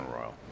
royal